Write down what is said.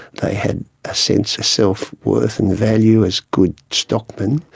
they had a sense of self-worth and value as good stockmen,